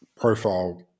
profile